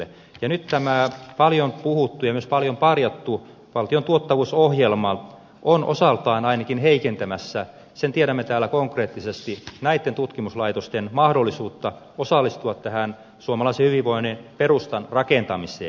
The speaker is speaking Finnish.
nyt tämä paljon puhuttu ja myös paljon parjattu valtion tuottavuusohjelma on ainakin osaltaan heikentämässä sen tiedämme täällä konkreettisesti näitten tutkimuslaitosten mahdollisuutta osallistua tähän suomalaisen hyvinvoinnin perustan rakentamiseen